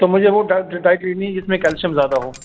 تو مجھے وہ ڈائٹ لینی ہے جس میں کیلشیم زیادہ ہو